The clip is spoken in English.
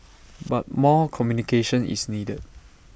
but more communication is needed